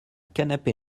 canapé